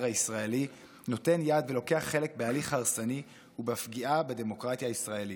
הישראלי נותן יד ולוקח חלק בהליך הרסני ובפגיעה בדמוקרטיה הישראלית.